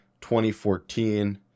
2014